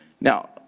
Now